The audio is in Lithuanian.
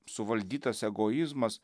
suvaldytas egoizmas